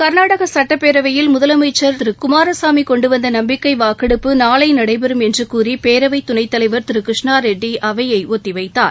கர்நாடக சட்டப்பேரவையில் முதலமைச்சர் குமாரசாமி கொண்டு வந்த நம்பிக்கை வாக்கெடுப்பு நாளை நடைபெறம் என்று கூறி பேரவைத் துணைத் தலைவர் திரு கிருஷ்ணா ரெட்டி அவையை ஒத்திவைத்தார்